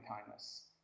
kindness